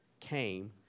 came